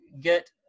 get